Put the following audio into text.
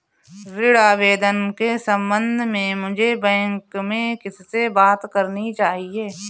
ऋण आवेदन के संबंध में मुझे बैंक में किससे बात करनी चाहिए?